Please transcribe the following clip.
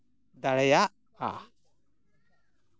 ᱫᱟᱲᱮᱭᱟᱜᱼᱟ